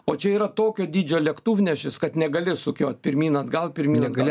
o čia yra tokio dydžio lėktuvnešis kad negali sukiot pirmyn atgal pirmyn atgal